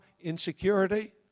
insecurity